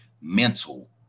mental